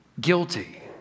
Guilty